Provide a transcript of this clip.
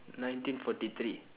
nineteen forty three